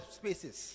spaces